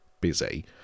busy